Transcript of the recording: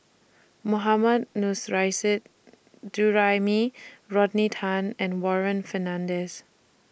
Mohammad Nurrasyid Juraimi Rodney Tan and Warren Fernandez